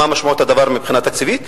מה משמעות הדבר מבחינה תקציבית.